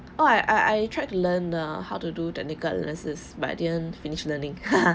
oh I I I tried to learn uh how to do technical analysis but I didn't finish learning